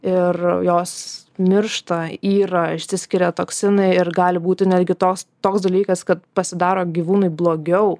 ir jos miršta yra išsiskiria toksinai ir gali būti netgi tos toks dalykas kad pasidaro gyvūnui blogiau